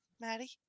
Maddie